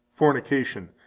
fornication